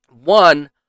one